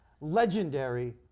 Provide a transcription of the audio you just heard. legendary